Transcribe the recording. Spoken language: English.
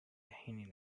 hanging